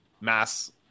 mass